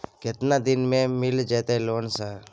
केतना दिन में मिल जयते लोन सर?